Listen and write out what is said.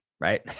right